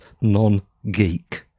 Non-Geek